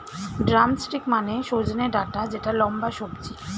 drumstick মানে সজনে ডাটা যেটা লম্বা সবজি